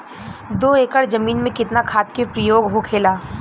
दो एकड़ जमीन में कितना खाद के प्रयोग होखेला?